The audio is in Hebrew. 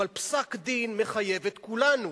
אבל פסק-דין מחייב את כולנו.